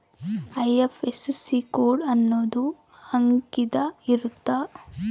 IFSC code ಅನ್ನೊಂದ್ ಅಂಕಿದ್ ಇರುತ್ತ